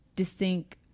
Distinct